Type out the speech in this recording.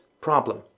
problem